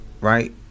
right